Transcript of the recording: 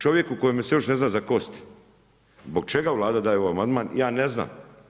Čovjek kojemu se još ne zna za kosti, zbog čega Vlada daje ovaj amandman ja ne znam.